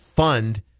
Fund